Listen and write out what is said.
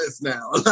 now